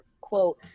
quote